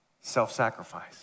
self-sacrifice